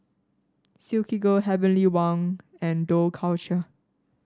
Silkygirl Heavenly Wang and Dough Culture